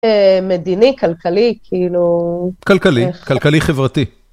מדיני, כלכלי, כאילו... כלכלי, כלכלי-חברתי.